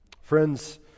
Friends